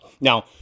Now